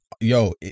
yo